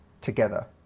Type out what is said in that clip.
together